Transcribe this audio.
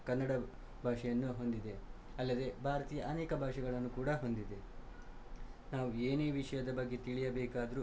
ಕನ್ನಡ ಭಾಷೆಯನ್ನು ಹೊಂದಿದೆ ಅಲ್ಲದೆ ಭಾರತಿ ಅನೇಕ ಭಾಷೆಗಳನ್ನು ಕೂಡ ಹೊಂದಿದೆ ನಾವು ಏನೇ ವಿಷಯದ ಬಗ್ಗೆ ತಿಳಿಯಬೇಕಾದರೂ